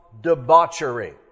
debauchery